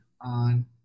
on